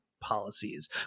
policies